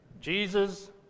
Jesus